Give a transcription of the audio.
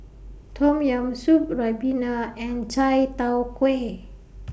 Tom Yam Soup Ribena and Chai Tow Kway